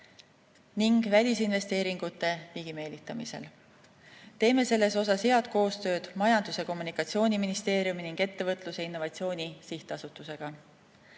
ning välisinvesteeringute ligimeelitamisel. Teeme selles osas head koostööd Majandus‑ ja Kommunikatsiooniministeeriumi ning Ettevõtluse ja Innovatsiooni Sihtasutusega.